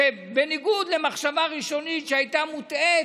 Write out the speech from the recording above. שבניגוד למחשבה ראשונית שהייתה מוטעית,